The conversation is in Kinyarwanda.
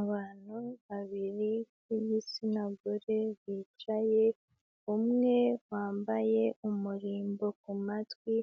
Abantu babiri b'igitsina gore bicaye, umwe wambaye umurimbo ku matwi,